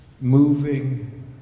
moving